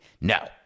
No